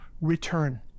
return